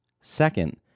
Second